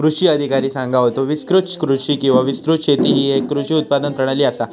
कृषी अधिकारी सांगा होतो, विस्तृत कृषी किंवा विस्तृत शेती ही येक कृषी उत्पादन प्रणाली आसा